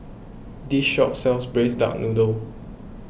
this shop sells Braised Duck Noodle